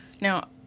Now